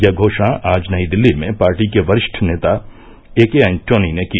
यह घोषणा आज नई दिल्ली में पार्टी के वरिष्ठ नेता ए के एंटोनी ने की